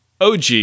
OG